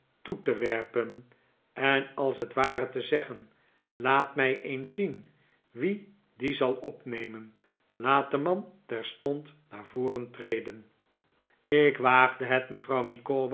toe te werpen en als het ware te zeggen laat mij eens zien wie dien zal opnemen laat de man terstond naar voren treden ik waagde het mevrouw